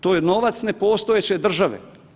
To je novac nepostojeće države.